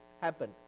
happen